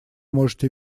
можете